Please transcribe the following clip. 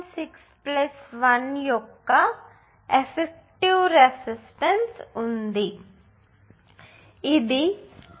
6 1 యొక్క effective resistance ఉంది ఇది 2